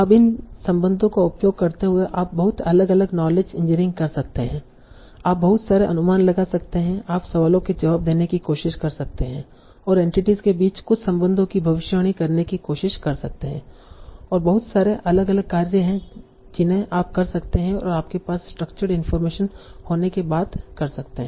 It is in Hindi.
अब इन संबंधों का उपयोग करते हुए आप बहुत कुछ अलग अलग नॉलेज इंजीनियरिंग कर सकते हैं आप बहुत सारे अनुमान लगा सकते हैं आप सवालों के जवाब देने की कोशिश कर सकते हैं और एंटिटीस के बीच कुछ संबंधों की भविष्यवाणी करने की कोशिश कर सकते हैं और बहुत सारे अलग अलग कार्य हैं जिन्हें आप कर सकते हैं और आपके पास स्ट्रक्चर्ड इनफार्मेशन होने के बाद कर सकते हैं